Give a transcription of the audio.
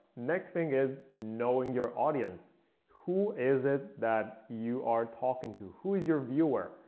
next thing is knowing your audience who is it that you are talking to? who is your viewer?